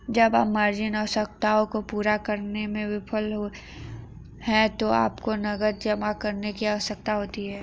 जब आप मार्जिन आवश्यकताओं को पूरा करने में विफल होते हैं तो आपको नकद जमा करने की आवश्यकता होती है